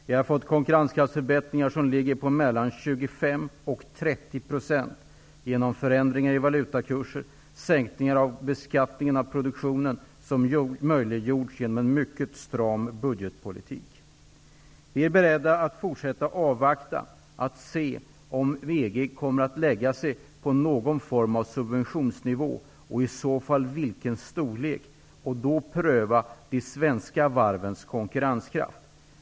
Vi har fått konkurrenskraftsförbättringar som ligger på mellan 25 % och 30 % genom förändringar i valutakurser och sänkningar av beskattningen av produktionen, som möjliggjorts genom en mycket stram budgetpolitik. Vi är beredda att fortsätta avvakta, att se om EG kommer att lägga sig på någon subventionsnivå och i så fall vilken storlek det rör sig om, och då pröva de svenska varvens konkurrenskraft.